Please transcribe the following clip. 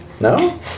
No